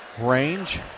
range